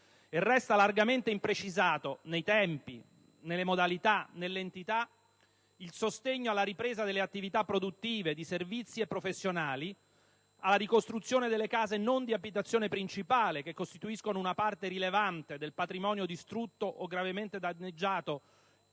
resta largamente imprecisato - nei tempi, nelle modalità, nell'entità - il sostegno alla ripresa delle attività produttive, di servizi e professionali, e alla ricostruzione delle case non di abitazione principale, che costituiscono una parte rilevante del patrimonio distrutto o gravemente danneggiato,